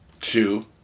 chew